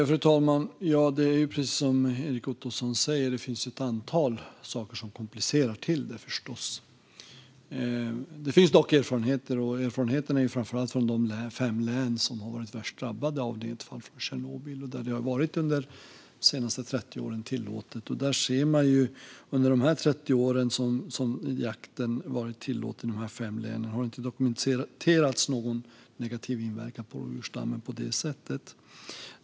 Fru talman! Det är precis som Erik Ottoson säger. Det finns förstås ett antal saker som komplicerar detta. Det finns dock erfarenheter, framför allt från de fem län som har varit värst drabbade av nedfall från Tjernobyl och där detta har varit tillåtet under de senaste 30 åren. Under de 30 år som jakten har varit tillåten i dessa fem län har det inte dokumenterats någon negativ inverkan på rådjursstammen på det sättet.